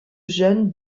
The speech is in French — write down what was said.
jeunes